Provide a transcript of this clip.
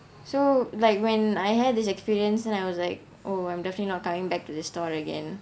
so like when I had this experience and I was like oh I'm definitely not coming back to this store again